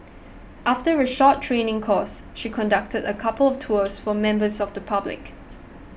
after a short training course she conducted a couple of tours for members of the public